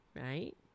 Right